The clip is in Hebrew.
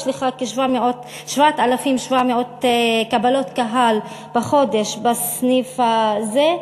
יש לך 7,700 קבלות קהל בחודש, בסניף הזה.